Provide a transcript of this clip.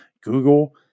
Google